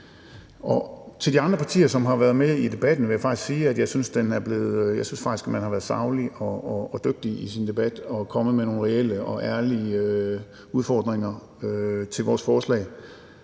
Til de andre partier, der har været med i debatten, vil jeg sige, at jeg faktisk synes, at man har været saglig og dygtig i sin debat og er kommet med nogle reelle og ærlige udfordringer i forhold til vores forslag.